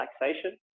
relaxation